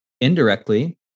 indirectly